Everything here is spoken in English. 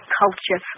culture